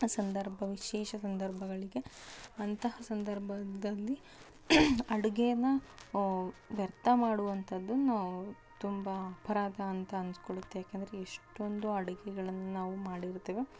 ಸಂದರ್ಭ ವಿಶೇಷ ಸಂದರ್ಭಗಳಿಗೆ ಅಂತಹ ಸಂದರ್ಭದಲ್ಲಿ ಅಡುಗೇನ ವ್ಯರ್ಥ ಮಾಡುವಂತದ್ದನ್ನು ತುಂಬ ಅಪರಾಧ ಅಂತ ಅನ್ನಿಸ್ಕೊಳ್ಳುತ್ತೆ ಯಾಕಂದರೆ ಎಷ್ಟೊಂದು ಅಡುಗೆಗಳನ್ನ ನಾವು ಮಾಡಿರ್ತೇವೆ